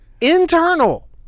internal